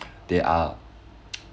they are